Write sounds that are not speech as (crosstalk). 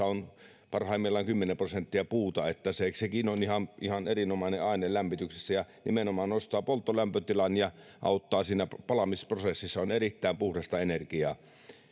(unintelligible) on parhaimmillaan kymmenen prosenttia puuta joten sekin on ihan ihan erinomainen aine lämmityksessä ja nimenomaan nostaa polttolämpötilan ja auttaa siinä palamisprosessissa on erittäin puhdasta energiaa